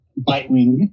Bitewing